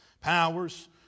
powers